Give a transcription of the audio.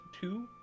two